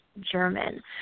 German